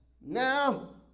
now